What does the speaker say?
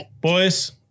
Boys